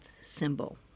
symbol